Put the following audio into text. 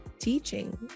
teaching